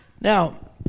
now